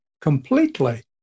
completely